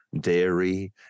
dairy